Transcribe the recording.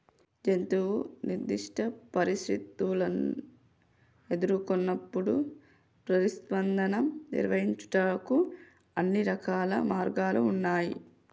జంతువు నిర్దిష్ట పరిస్థితుల్ని ఎదురుకొన్నప్పుడు ప్రతిస్పందనను నిర్వహించుటకు అన్ని రకాల మార్గాలు ఉన్నాయి